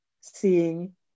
seeing